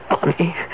Bonnie